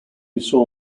saw